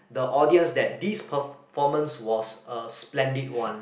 the audience that this performance was a splendid one